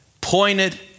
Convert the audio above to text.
pointed